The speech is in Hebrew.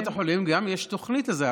קופות החולים, גם יש תוכנית לזה.